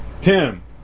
Tim